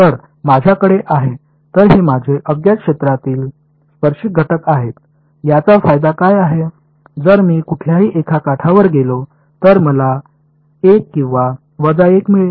तर माझ्याकडे आहे तर हे माझे अज्ञात क्षेत्रातील स्पर्शिक घटक आहेत याचा फायदा काय आहे जर मी कुठल्याही एका काठावर गेलो तर मला 1 किंवा वजा 1 मिळेल